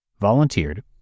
volunteered